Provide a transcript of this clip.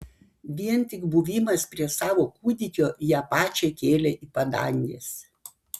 vien tik buvimas prie savo kūdikio ją pačią kėlė į padanges